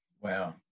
Wow